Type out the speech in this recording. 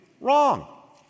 wrong